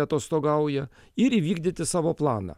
atostogauja ir įvykdyti savo planą